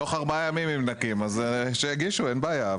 תוך ארבעה ימים אם נקים אז שיגישו, אין בעיה.